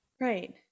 Right